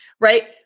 right